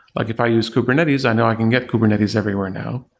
like if i use kubernetes, i know i can get kubernetes everywhere now,